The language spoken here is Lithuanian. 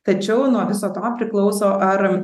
tačiau nuo viso to priklauso ar